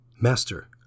Master